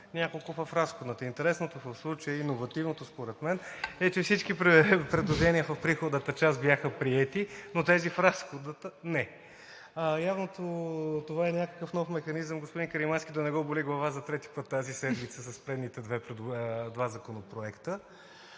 няколко в разходната. Интересното и иновативното в случая е, че всички предложения в приходната част бяха приети, но тези в разходната – не. Явно това е някакъв нов механизъм господин Каримански да не го боли глава за трети път тази седмица (смях) с предните два законопроекта.